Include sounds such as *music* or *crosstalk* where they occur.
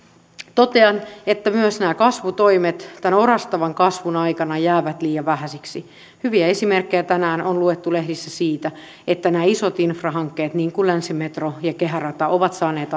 totean että myös nämä kasvutoimet tämän orastavan kasvun aikana jäävät liian vähäisiksi hyviä esimerkkejä tänään on luettu lehdistä siitä että nämä isot infrahankkeet niin kuin länsimetro ja kehärata ovat saaneet *unintelligible*